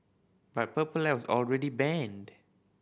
but Purple Light was already banned